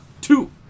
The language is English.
Two